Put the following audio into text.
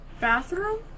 Bathroom